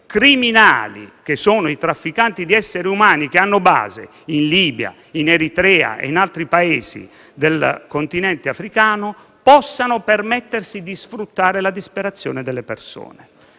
criminali, i trafficanti di esseri umani che hanno base in Libia, in Eritrea e in altri Paesi del continente africano, possano permettersi di sfruttare la disperazione delle persone.